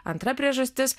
antra priežastis